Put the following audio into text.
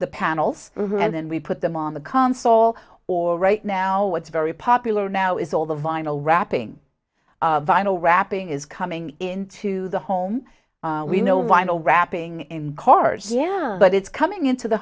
the panels and then we put them on the console or right now what's very popular now is all the vinyl wrapping vinyl wrapping is coming into the home we know why no wrapping in cars yeah but it's coming into the